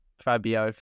Fabio